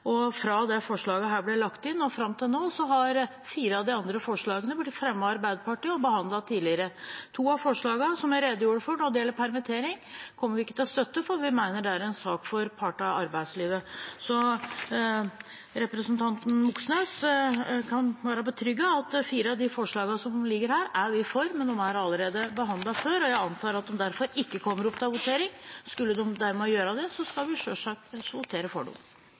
Og fra dette forslaget ble lagt inn og fram til nå, er fire av de andre forslagene blitt fremmet av Arbeiderpartiet og er blitt behandlet tidligere. To av forslagene, som jeg redegjorde for, når det gjelder permittering, kommer vi ikke til å støtte fordi vi mener det er en sak for partene i arbeidslivet. Representanten Moxnes kan være betrygget om at vi er for fire av de forslagene som ligger her, men de er allerede behandlet før, og jeg antar at de derfor ikke kommer opp til votering. Skulle de dermed gjøre det, skal vi selvsagt votere for dem.